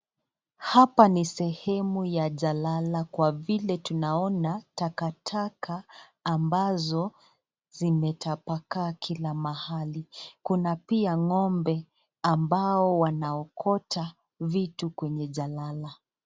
Hapa ni sehemu ya jalala kwa vile tunaona takataka ambazo zimetapaka kila mahali. Kuna pia ngombe, ambao wanaokota vitu kwenye jalala.